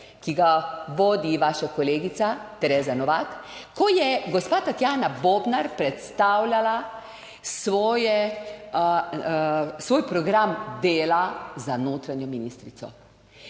ki ga vodi vaša kolegica Tereza Novak, ko je gospa Tatjana Bobnar predstavljala svoje, svoj program dela za notranjo ministrico.